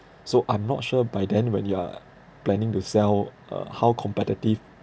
so I'm not sure by then when you are planning to sell uh how competitive